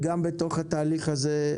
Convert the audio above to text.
וגם בתוך התהליך הזה,